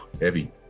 heavy